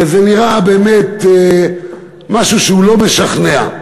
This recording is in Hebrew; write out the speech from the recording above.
וזה נראה באמת משהו שהוא לא משכנע.